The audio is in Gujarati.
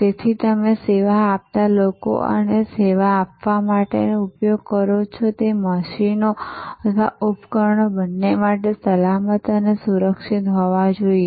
તેથી તમે સેવા આપતા લોકો અને તમે સેવા આપવા માટે ઉપયોગ કરો છો તે મશીનો અથવા ઉપકરણ બંને માટે સલામત અને સુરક્ષિત હોવા જોઈએ